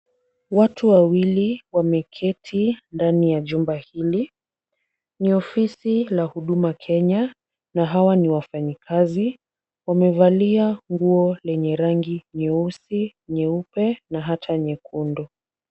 Watu wawili wameketi ndani ya jumba hili. Ni ofisi la Huduma Kenya na hawa ni wafanyikazi. Wamevalia nguo lenye rangi nyeusi, nyeupe na hata nyekundu.